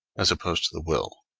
as opposed to the will